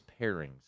pairings